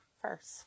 First